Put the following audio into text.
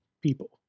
people